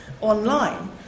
online